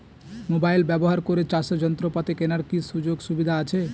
Mobile ব্যবহার করে চাষের যন্ত্রপাতি কেনার কি সুযোগ সুবিধা আছে?